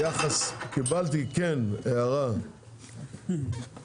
ביחס, קיבלתי כן הערה דווקא